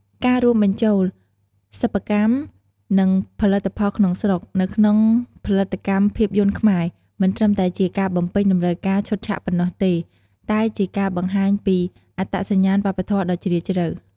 ការរួមបញ្ចូល សិប្បកម្ម និងផលិតផលក្នុងស្រុក នៅក្នុងផលិតកម្មភាពយន្តខ្មែរ មិនត្រឹមតែជាការបំពេញតម្រូវការឈុតឆាកប៉ុណ្ណោះទេ តែជាការបង្ហាញពីអត្តសញ្ញាណវប្បធម៌ដ៏ជ្រាលជ្រៅ។